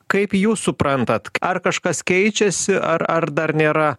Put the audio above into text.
kaip jūs suprantat ar kažkas keičiasi ar ar dar nėra